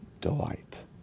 delight